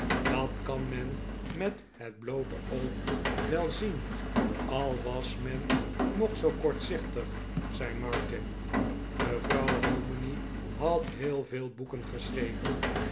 dat kan men met het bloote oog wel zien al was men nog zoo kortzichtig zei martin mevrouw hominy had heel veel boeken geschreven